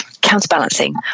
counterbalancing